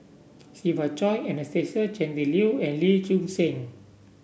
Siva Choy Anastasia Tjendri Liew and Lee Choon Seng